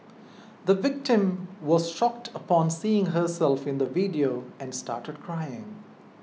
the victim was shocked upon seeing herself in the video and started crying